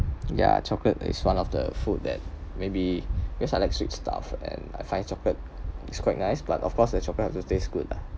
ya chocolate is one of the food that maybe because I like sweet stuff and I find chocolate is quite nice but of course the chocolate have to taste good ah